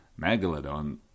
Megalodon